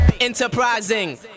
Enterprising